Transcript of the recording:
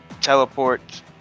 teleport